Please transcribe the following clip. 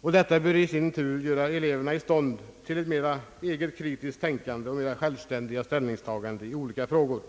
Detta bör i sin tur sätta eleverna i stånd till ett eget kritiskt tänkande och till mera självständiga ställningstaganden i olika frågor.